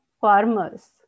farmers